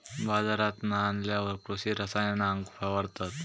बाजारांतना आणल्यार कृषि रसायनांका फवारतत